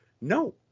No